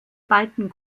beiden